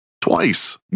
twice